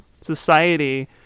society